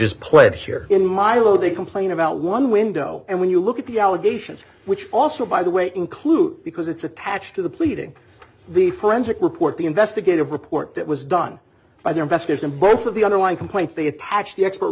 here in my low they complain about one window and when you look at the allegations which also by the way include because it's attached to the pleading the forensic report the investigative report that was done by the investigation both of the underlying complaints the attacks the expert